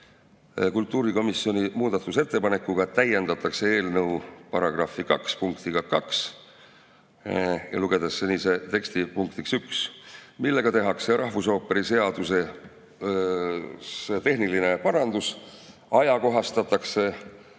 kultuurikomisjoni muudatusettepanekuga täiendatakse eelnõu § 2 punktiga 2 ja lugedes senise teksti punktiks 1, millega tehakse rahvusooperi seaduses tehniline parandus, ajakohastatakse